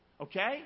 Okay